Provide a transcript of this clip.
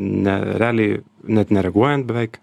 ne realiai net nereaguojant beveik